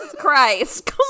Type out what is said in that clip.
christ